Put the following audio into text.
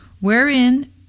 Wherein